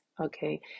okay